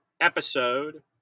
episode